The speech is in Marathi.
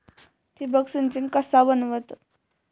ठिबक सिंचन कसा बनवतत?